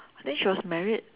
think she was married